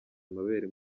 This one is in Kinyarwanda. amabere